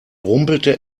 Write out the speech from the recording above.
rumpelte